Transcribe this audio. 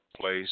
place